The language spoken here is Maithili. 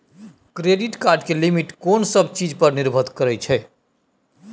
क्रेडिट कार्ड के लिमिट कोन सब चीज पर निर्भर करै छै?